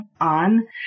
on